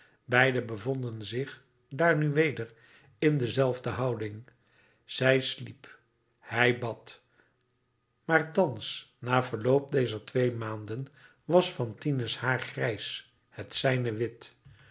beiden bevonden zich daar nu weder in dezelfde houding zij sliep hij bad maar thans na verloop dezer twee maanden was fantine's haar grijs het zijne wit